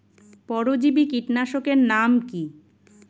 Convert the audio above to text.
পরজীবী কীটনাশকের নাম কি?